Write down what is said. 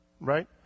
right